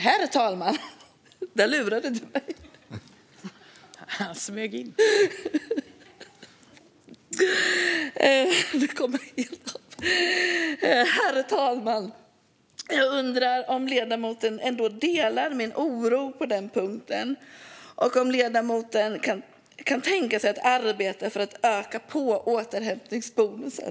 Herr talman! Jag undrar om ledamoten ändå delar min oro på denna punkt och om ledamoten kan tänka sig att arbeta för att öka återhämtningsbonusen.